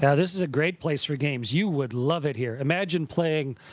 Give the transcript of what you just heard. yeah this is a great place for games. you would love it here. imagine playing,